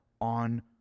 on